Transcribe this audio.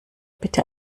bitte